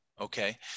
Okay